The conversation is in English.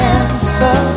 answer